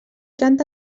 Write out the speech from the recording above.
canta